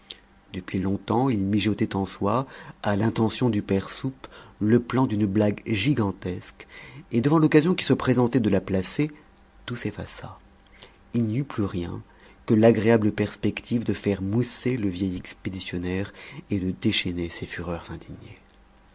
depuis longtemps il mijotait en soi à l'intention du père soupe le plan d'une blague gigantesque et devant l'occasion qui se présentait de la placer tout s'effaça il n'y eut plus rien que l'agréable perspective de faire mousser le vieil expéditionnaire et de déchaîner ses fureurs indignées